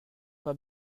pas